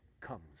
comes